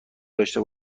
داشته